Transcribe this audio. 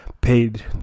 paid